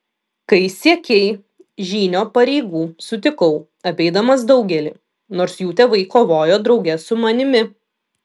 kai siekei žynio pareigų sutikau apeidamas daugelį nors jų tėvai kovojo drauge su manimi